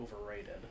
overrated